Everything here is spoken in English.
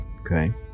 Okay